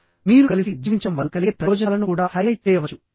మీరు కలిసి జీవించడం వల్ల కలిగే ప్రయోజనాలను కూడా హైలైట్ చేయవచ్చు